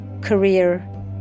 career